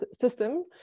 system